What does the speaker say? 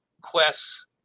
quests